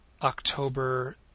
October